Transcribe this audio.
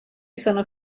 sono